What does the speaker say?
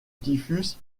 typhus